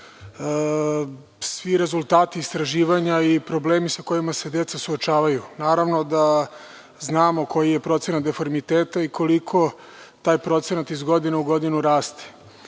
svi rezultati istraživanja i problemi sa kojima se deca suočavaju. Naravno da znamo koji je procenat deformiteta i koliko taj procenat iz godine u godinu raste.